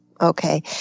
okay